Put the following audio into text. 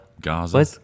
Gaza